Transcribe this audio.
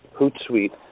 Hootsuite